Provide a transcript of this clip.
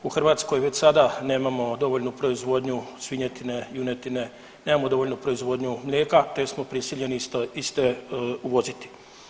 U Hrvatskoj već sada nemamo dovoljnu proizvodnju svinjetine, junjetine, nemamo dovoljnu proizvodnju mlijeka te smo prisiljeni iste uvoziti.